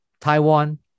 Taiwan